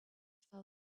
fell